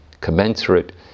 commensurate